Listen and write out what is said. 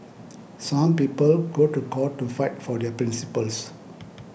some people go to court to fight for their principles